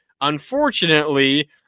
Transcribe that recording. Unfortunately